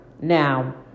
Now